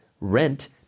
rent